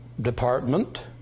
department